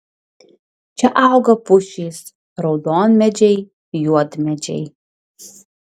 čia auga pušys raudonmedžiai juodmedžiai